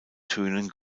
tönen